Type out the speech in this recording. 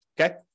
okay